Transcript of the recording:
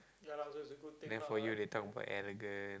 the for you they talk about arrogant